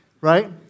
right